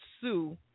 sue